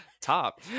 Top